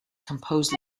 composed